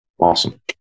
Awesome